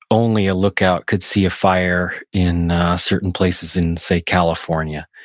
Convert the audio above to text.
only a lookout could see a fire in certain places in say california,